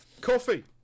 coffee